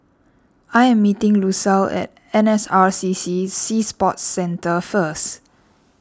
I am meeting Lucile at N S R C C Sea Sports Centre first